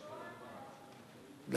מבקר את מה?